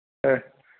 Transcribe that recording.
ஆ